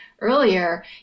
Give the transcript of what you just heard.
earlier